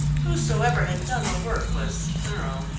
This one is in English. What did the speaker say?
whosoever had done the work was thorough.